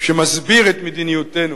שמסביר את מדיניותנו,